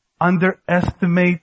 underestimate